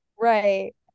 Right